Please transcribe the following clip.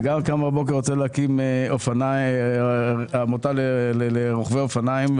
אדם קם בבוקר ואומר שהוא רוצה להקים עמותה לרוכבי אופניים.